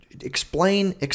explain